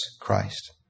Christ